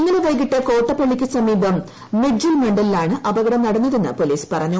ഇന്നലെ വൈകിട്ട് കോട്ടപ്പളളിക്ക് സമീപം മിഡ്ജിൽ മണ്ടലിലാണ് അപകടം നടന്നതെന്ന് പൊലീസ് പറഞ്ഞു